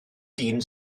dyn